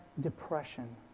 depression